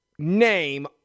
Name